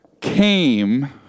came